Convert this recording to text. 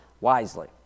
wisely